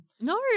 No